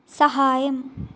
സഹായം